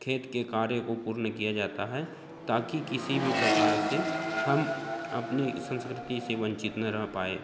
खेत के कार्य को पूर्ण किया जाता है ताकि किसी भी प्रकार से हम अपनी संस्कृति से वंचित न रह पाए